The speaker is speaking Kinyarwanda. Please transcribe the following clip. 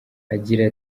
agira